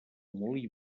molí